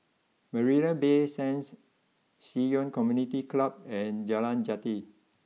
Marina Bay Sands Ci Yuan Community Club and Jalan Jati